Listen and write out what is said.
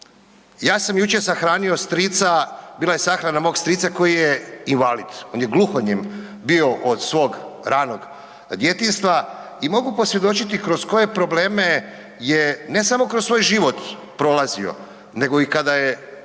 Ja sam jučer sahranio strica, bila je sahrana mog strica koji je invalid. On je gluhonijem bio od svog ranog djetinjstva i mogu posvjedočiti kroz koje probleme je, ne samo kroz svoj život, prolazio nego i kada je